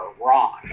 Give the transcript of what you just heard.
wrong